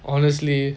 honestly